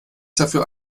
dafür